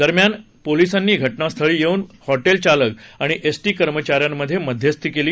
दरम्यान पोलिसांनी घटनास्थळी येऊन हॉटेल चालक आणि एसटी कर्मचाऱ्यांमध्ये मध्यस्थी केली